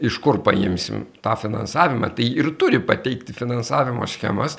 iš kur paimsim tą finansavimą tai ir turi pateikti finansavimo schemas